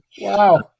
wow